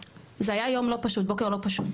זה היה יום לא פשוט, בוקר לא פשוט